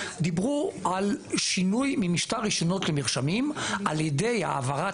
דיברו על שינוי ממשטר רשיונות למרשמים על-ידי העברת